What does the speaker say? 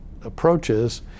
approaches